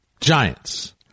Giants